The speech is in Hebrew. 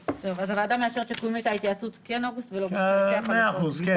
הוועדה מאשרת כן אוגוסט --- מאה אחוז, כן.